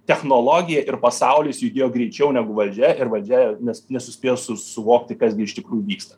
technologija ir pasaulis judėjo greičiau negu valdžia ir valdžia nes nesuspėjo su suvokti kas gi iš tikrųjų vyksta